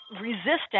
resistance